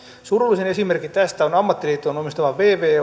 surullisin esimerkki tästä on ammattiliittojen omistama